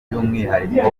by’umwihariko